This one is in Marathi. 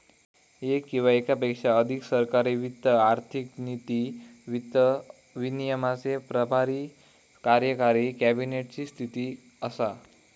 येक किंवा येकापेक्षा अधिक सरकारी वित्त आर्थिक नीती, वित्त विनियमाचे प्रभारी कार्यकारी कॅबिनेट ची स्थिती असा